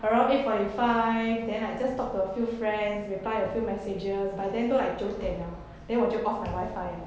around eight forty five then I just talk to a few friends reply a few messages by then like 九点了 then 我就 off my wifi 了